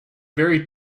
very